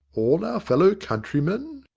all our fellow-countrymen!